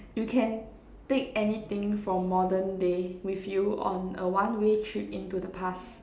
you can take anything from modern day with you on a one way trip into the past